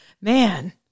man